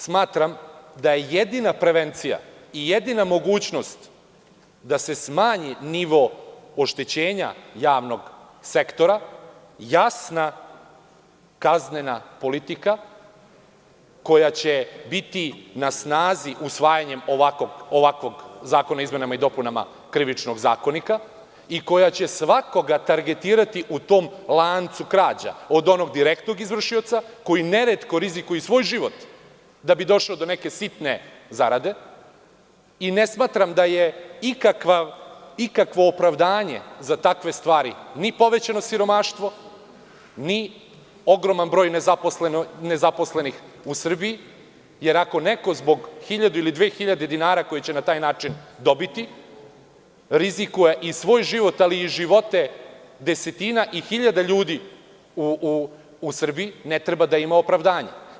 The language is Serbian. Smatram da je jedina prevencija i jedina mogućnost da se smanji nivo oštećenja javnog sektora jasna kaznena politika koja će biti na snazi usvajanjem ovakvog Zakona o izmenama i dopunama Krivičnog zakonika i koja će svakoga targetirati u tom lancu krađa, od onog direktnog izvršioca koji neretko rizikuje i svoj život da bi došao do neke sitne zarade, i ne smatram da je ikakvo opravdanje za takve stvari ni povećano siromaštvo ni ogroman broj nezaposlenih u Srbiji, jer ako neko zbog hiljadu ili dve hiljade dinara koje će na taj način dobiti rizikuje i svoj život, ali i živote desetina hiljada ljudi u Srbiji ne treba da ima opravdanje.